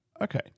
Okay